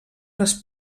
les